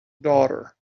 daughter